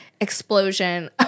Explosion